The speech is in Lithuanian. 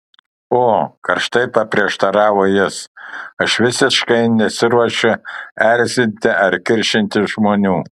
o karštai paprieštaravo jis aš visiškai nesiruošiu erzinti ar kiršinti žmonių